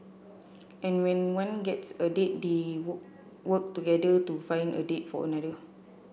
and when one gets a date they work together to find a date for another